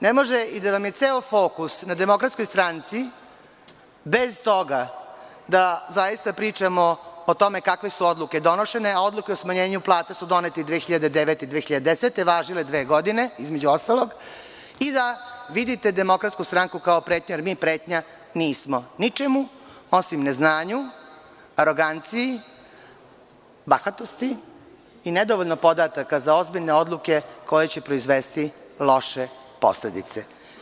Ne može i da vam je ceo fokus na DS, bez toga da zaista pričamo o tome kakve suodluke donete, a odluke o smanjenju plata su donete i 2009. i 2010. godine, važilo je dve godine, između ostalog i da vidite DS kao pretnju, a mi pretnja nismo ničemu, osim neznanju, aroganciji, bahatosti i nedovoljno podataka za ozbiljne odluke koje će proizvesti loše posledice.